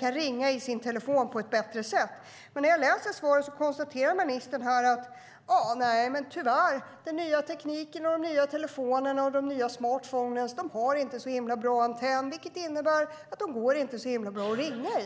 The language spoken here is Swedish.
kan ringa med sin telefon på ett bättre sätt. Men när jag läser svaret ser jag att ministern konstaterar: Nej, men tyvärr - de nya telefonerna, de nya smartphones, har inte så bra antenn vilket innebär att de inte går så bra att ringa med.